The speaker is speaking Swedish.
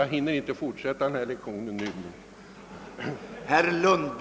Jag hinner tyvärr inte fortsätta lektionen nu.